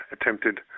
attempted